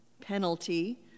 penalty